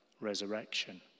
resurrection